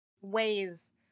ways